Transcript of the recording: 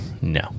No